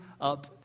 up